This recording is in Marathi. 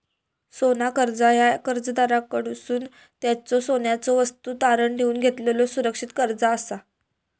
सोना कर्जा ह्या कर्जदाराकडसून त्यांच्यो सोन्याच्यो वस्तू तारण ठेवून घेतलेलो सुरक्षित कर्जा असा